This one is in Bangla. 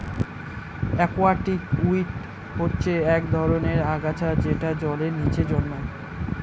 অ্যাকুয়াটিক উইড হচ্ছে এক ধরনের আগাছা যেটা জলের নিচে জন্মায়